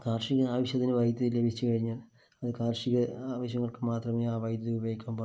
കാർഷിക ആവശ്യത്തിന് വൈദ്യുതി ലഭിച്ചു കഴിഞ്ഞാൽ അത് കാർഷിക ആവശ്യങ്ങൾക്ക് മാത്രമേ ആ വൈദ്യുതി ഉപയോഗിക്കാൻ പാടുള്ളൂ